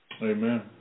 Amen